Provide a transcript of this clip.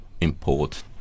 import